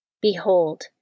Behold